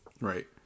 Right